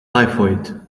typhoid